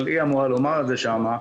אבל היא אמורה לומר את שם.